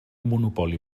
monopoli